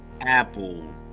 Apple